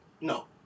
no